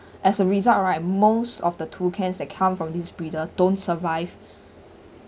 as a result right most of the toucans that come from these breeder don't survive